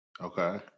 Okay